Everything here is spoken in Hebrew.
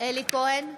אלי כהן,